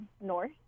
north